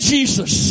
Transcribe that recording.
Jesus